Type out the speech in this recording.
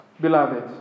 beloved